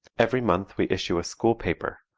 every month we issue a school paper,